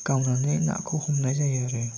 गावनानै नाखौ हमनाय जायो